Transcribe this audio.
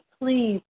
please